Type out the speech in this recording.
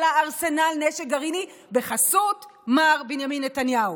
לה ארסנל נשק גרעיני בחסות מר בנימין נתניהו.